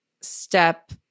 step